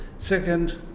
Second